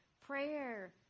prayer